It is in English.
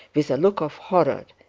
with a look of horror.